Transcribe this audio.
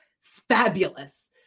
fabulous